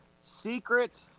secret